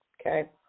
Okay